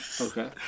Okay